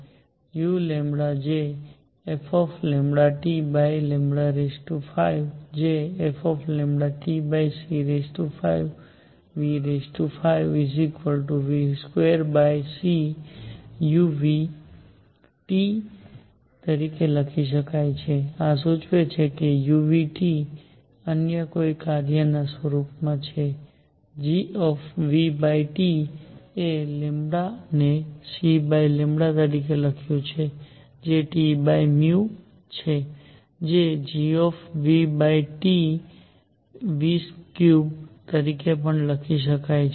તો u છે fT5 જે fTc552cu તરીકે લખી શકાય છે અને આ સૂચવે છે u અન્ય કોઈ કાર્ય ના સ્વરૂપના છે g મેં ને c તરીકે લખ્યું છે જે T છે જે gT3 તરીકે પણ લખી શકે છે